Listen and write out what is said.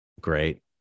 great